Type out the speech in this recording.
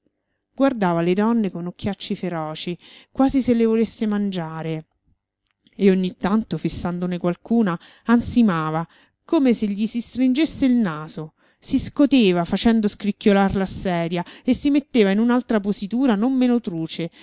guardava le donne con occhiacci feroci quasi se le volesse mangiare e ogni tanto fissandone qualcuna ansimava come se gli si stringesse il naso si scoteva facendo scricchiolar la sedia e si metteva in un'altra positura non meno truce